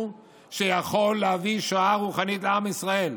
שיכול להביא שואה רוחנית על עם ישראל.